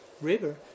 river